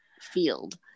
field